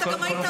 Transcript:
אתה גם היית,